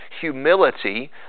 humility